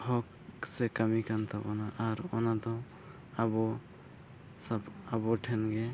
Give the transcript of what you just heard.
ᱦᱚᱠ ᱥᱮ ᱠᱟᱹᱢᱤ ᱠᱟᱱ ᱛᱟᱵᱚᱱᱟ ᱟᱨ ᱚᱱᱟᱫᱚ ᱟᱵᱚ ᱥᱚᱵᱽ ᱟᱵᱚ ᱴᱷᱮᱱ ᱜᱮ